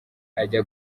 ajya